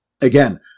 Again